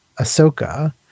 Ahsoka